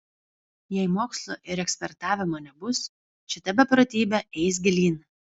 jei mokslo ir ekspertavimo nebus šita beprotybė eis gilyn